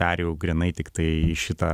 perėjau grynai tiktai į šitą